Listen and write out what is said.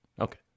Okay